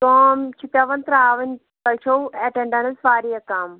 کٲم چھِ پٮ۪وان ترٛاوٕنۍ تۄہہِ چھِو ایٚٹینٛڈنٕس واریاہ کَم